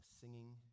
singing